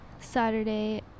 Saturday